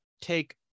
take